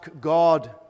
God